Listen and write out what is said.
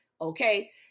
okay